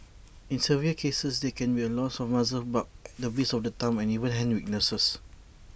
in severe cases there can be loss of muscle bulk the base of the thumb and even hand weakness